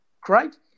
great